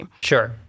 Sure